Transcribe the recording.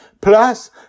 Plus